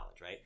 right